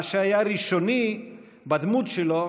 מה שהיה ראשוני בדמות שלו,